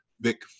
Vic